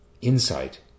insight